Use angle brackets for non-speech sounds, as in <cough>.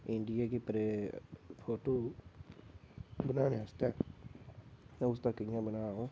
<unintelligible> बनाने आस्तै उस गी कि'यां बना